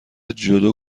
جودو